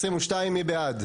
2. מי נגד?